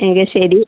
എങ്കിൽ ശരി